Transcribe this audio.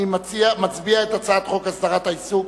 אני מצביע על הצעת חוק הסדרת העיסוק